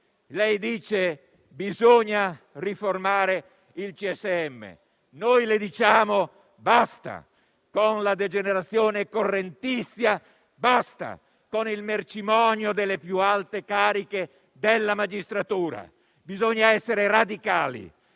Lei dice che bisogna riformare il CSM; noi le diciamo: basta con la degenerazione correntizia e con il mercimonio delle più alte cariche della magistratura! Bisogna essere radicali,